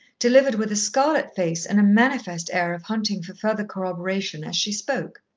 delivered with a scarlet face and a manifest air of hunting for further corroboration as she spoke.